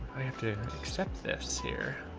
i have to accept this here.